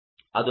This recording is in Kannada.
ಅದು 7